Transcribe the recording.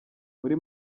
muri